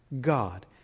God